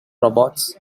robots